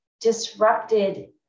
disrupted